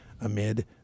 amid